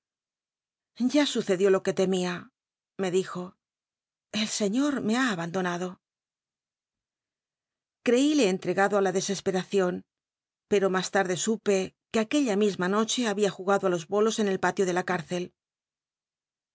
ya sucedió lo que tenria me dijv el señor me ha abandonado crcílc cn tregado ci la dcscspcradon pcr o mas t nlc supe que aquella misma noche había jugado i los bolos en el palio de la cürcel